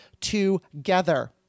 together